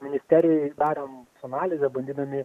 ministerijoj darėm su analize bandydami